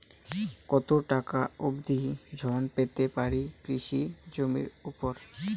কত টাকা অবধি ঋণ পেতে পারি কৃষি জমির উপর?